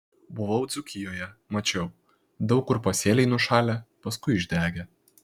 buvau dzūkijoje mačiau daug kur pasėliai nušalę paskui išdegę